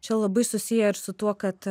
čia labai susiję ir su tuo kad